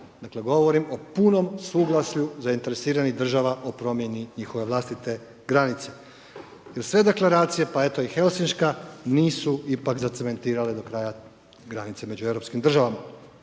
Dakle, govorim o punom suglasju zainteresiranih država o promjeni njihove vlastite granice. I uz sve Deklaracije, pa i eto i Helsinška nisu ipak zacementirale do kraja granice među europskim državama.